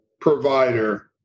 provider